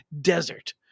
desert